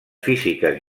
físiques